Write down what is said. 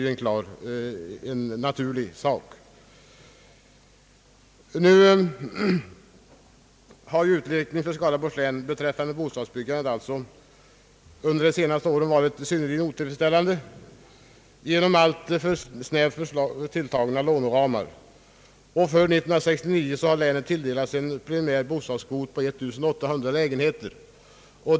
Utvecklingen för Skaraborgs län beträffande bostadsbyggandet har under de senaste åren varit synnerligen otillfredsställande genom alltför snävt tilltagna låneramar. För år 1969 har länet tilldelats en preliminär bostadskvot på 1800 lägenheter.